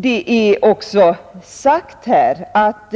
Det har också sagts i motionen att